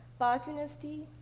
park university,